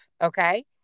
Okay